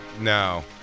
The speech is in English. No